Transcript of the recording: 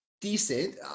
decent